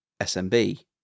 SMB